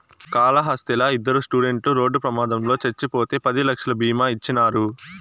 కాళహస్తిలా ఇద్దరు స్టూడెంట్లు రోడ్డు ప్రమాదంలో చచ్చిపోతే పది లక్షలు బీమా ఇచ్చినారు